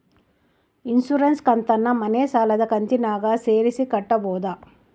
Insurance ಕಂತನ್ನ ಮನೆ ಸಾಲದ ಕಂತಿನಾಗ ಸೇರಿಸಿ ಕಟ್ಟಬೋದ?